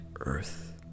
earth